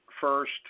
first